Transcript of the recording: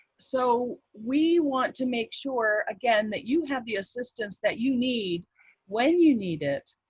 so we want to make sure, again, that you have the assistance that you need when you need it.